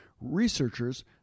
Researchers